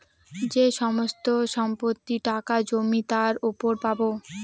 যে সমস্ত সম্পত্তি, টাকা, জমি তার উপর পাবো